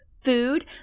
Food